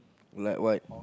like what